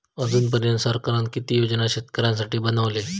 अजून पर्यंत सरकारान किती योजना शेतकऱ्यांसाठी बनवले?